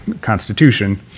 constitution